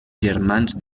germans